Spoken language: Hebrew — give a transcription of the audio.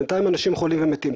בינתיים אנשים חולים ומתים.